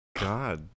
god